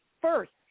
first